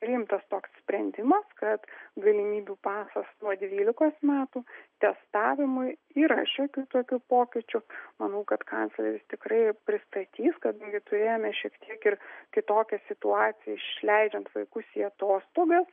rimtas toks sprendimas kad galimybių pasas nuo dvylikos metų testavimui yra šiokių tokių pokyčių manau kad kancleris tikrai pristatys kadangi turėjome šiek tiek ir kitokią situaciją išleidžiant vaikus į atostogas